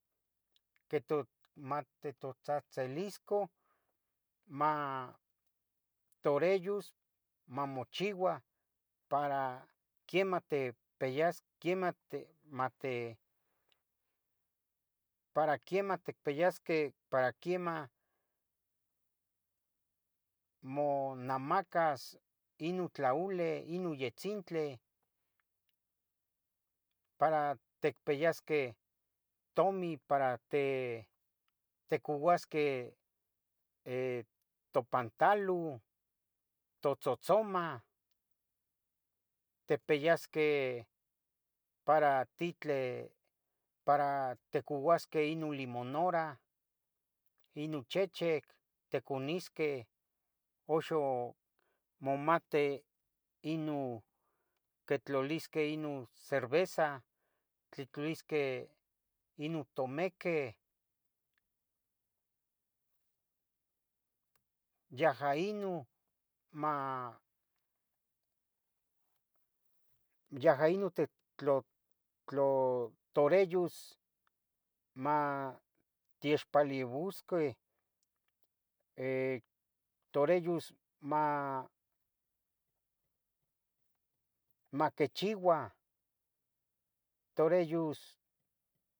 que mati tosahsilisco que toreyos mamochiua para queman ticpiyas queman tic mopiyasqueh tlenon monamacas Inon tlaoli Inon yitzintli para ticpiyasqueh tomin para timocouisqueh topantalo totzotzoma tipiyasqueh para titl para ticcouasqueh Inon limonarah Inon chechec ticonesqueh oxo momati inon quitlolisqueh inon cerveza quitlolisqueh inon tomequeh yahja inon inon toreyos techpolouisqueh toreyos maquichiua toreyos